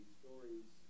stories